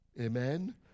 Amen